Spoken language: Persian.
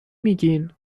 میگین